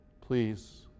please